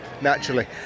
naturally